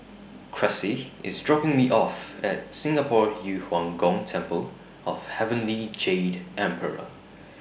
Cressie IS dropping Me off At Singapore Yu Huang Gong Temple of Heavenly Jade Emperor